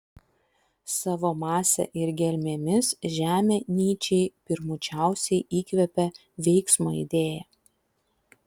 savo mase ir gelmėmis žemė nyčei pirmučiausiai įkvepia veiksmo idėją